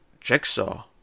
Jigsaw